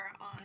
on